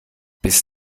bis